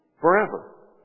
forever